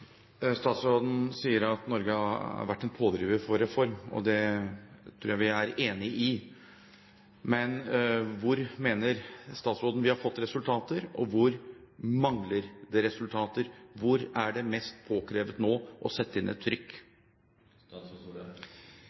enig i. Men hvor mener statsråden vi har fått resultater, og hvor mangler det resultater? Hvor er det mest påkrevd nå å sette inn et trykk?